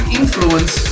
influence